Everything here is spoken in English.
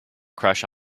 crush